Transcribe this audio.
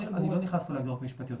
אני לא נכנס פה להגדרות למשפטיות,